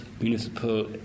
municipal